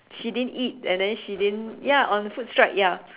she didn't eat and then she didn't ya on a food strike ya